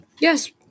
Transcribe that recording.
yes